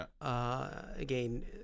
Again